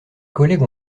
collègues